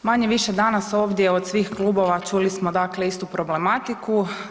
Manje-više danas ovdje od svih klubova čuli smo dakle istu problematiku.